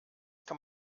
kann